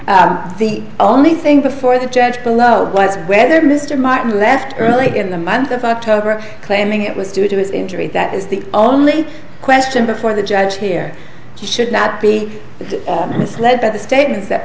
also the us only thing before the judge below was whether mr martin left early in the month of october claiming it was due to his injury that is the only question before the judge here should not be misled by the statements that